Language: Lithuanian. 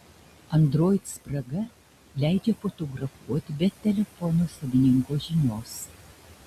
android spraga leidžia fotografuoti be telefono savininko žinios